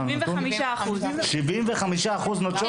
75%. 75% נוטשות?